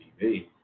TV